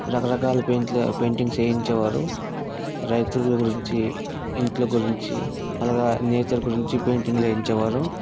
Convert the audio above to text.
రకరకాల పెయింట్ల పెయింటింగ్స్ వేయించేవారు రైతుల గురించి ఇళ్ళ గురించి అలాగ నేచర్ గురించి పెయింటింగ్లు వేయించేవారు